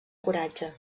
coratge